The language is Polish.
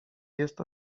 jest